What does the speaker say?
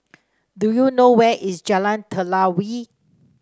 do you know where is Jalan Telawi